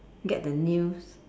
get the new